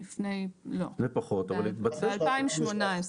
לא, ב-2018.